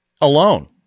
alone